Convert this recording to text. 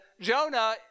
Jonah